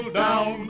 down